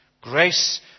grace